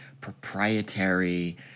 proprietary